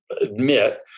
admit